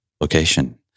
location